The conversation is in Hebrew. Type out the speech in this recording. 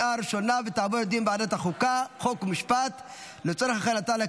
לוועדת החוקה, חוק ומשפט נתקבלה.